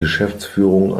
geschäftsführung